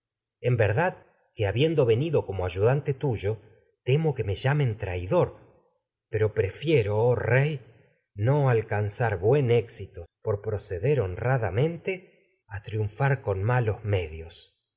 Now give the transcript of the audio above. en ver dad que habiendo ayudante tuyo no temo que me zar llamen traidor pero prefiero oh rey éxito por alcan buen proceder honradamente a triunfar con malos medios